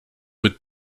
mit